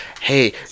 hey